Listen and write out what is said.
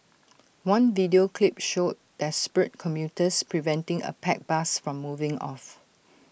one video clip showed desperate commuters preventing A packed bus from moving off